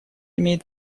имеет